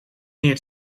neer